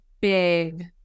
big